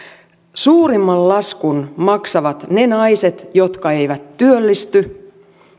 suurimman laskun maksavat ne naiset jotka eivät työllisty